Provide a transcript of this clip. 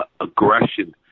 aggression